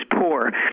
poor